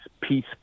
peace